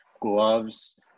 gloves